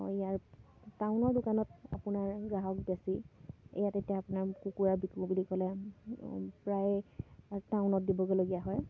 ইয়াৰ টাউনৰ দোকানত আপোনাৰ গ্ৰাহক বেছি ইয়াত এতিয়া আপোনাৰ কুকুৰা বিকো বুলি ক'লে প্ৰায়ে টাউনত দিবগৈলগীয়া হয়